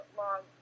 long